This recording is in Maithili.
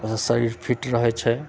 शरीर फिट रहै छै